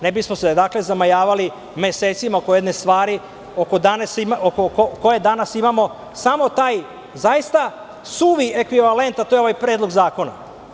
Ne bismo se zamajavali mesecima oko jedne stvari, oko koje danas imamo samo taj zaista suvi ekvivalent, a to je ovaj predlog zakona.